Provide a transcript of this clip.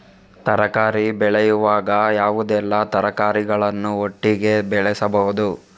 ತರಕಾರಿ ಬೆಳೆಯುವಾಗ ಯಾವುದೆಲ್ಲ ತರಕಾರಿಗಳನ್ನು ಒಟ್ಟಿಗೆ ಬೆಳೆಸಬಹುದು?